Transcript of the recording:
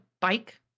bike